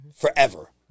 Forever